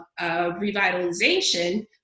revitalization